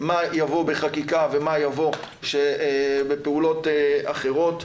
מה יבוא בחקיקה ומה יבוא בפעולות אחרות.